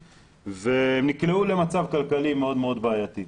והם נקלעו למצב כלכלי מאוד מאוד בעייתי.